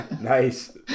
Nice